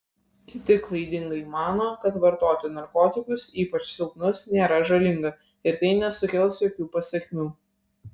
kiti klaidingai mano kad vartoti narkotikus ypač silpnus nėra žalinga ir tai nesukels jokių pasekmių